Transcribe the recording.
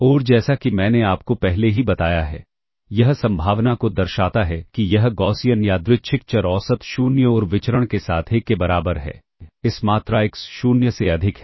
और जैसा कि मैंने आपको पहले ही बताया है यह संभावना को दर्शाता है कि यह गौसियन यादृच्छिक चर औसत 0 और विचरण के साथ 1 के बराबर है इस मात्रा एक्स शून्य से अधिक है